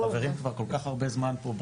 אנחנו חברים כבר כל כך הרבה זמן פה,